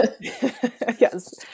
yes